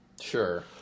Sure